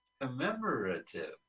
Commemorative